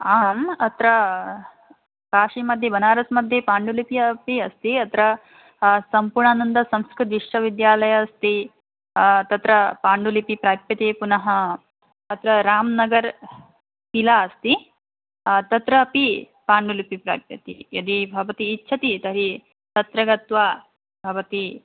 आम् अत्र काशीमध्ये बनारस् मध्ये पाण्डुलिपिः अपि अस्ति अत्र सम्पूर्णानन्दसंस्कृतविश्वविद्यालयः अस्ति तत्र पाण्डुलिपिः प्राप्यते पुनः अत्र रामनगरशिला अस्ति तत्रापि पाण्डुलिपिः प्राप्यते यदि भवती इच्छति तर्हि तत्र गत्वा भवती